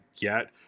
get